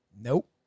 Nope